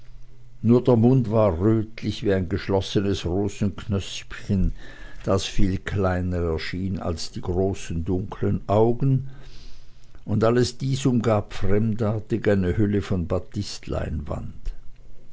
nur der mund war rötlich wie ein geschlossenes rosenknöspchen das viel kleiner erschien als die großen dunklen augen und alles dies umgab fremdartig eine hülle von batistleinwand